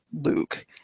Luke